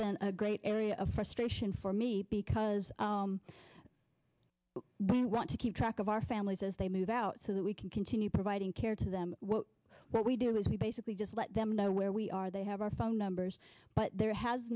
been a great area of frustration for me because we want to keep track of our families as they move out so that we can continue providing care to them what we do is we basically just let them know where we are they have our phone numbers but there has